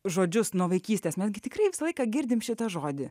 žodžius nuo vaikystės netgi tikrai visą laiką girdime šitą žodį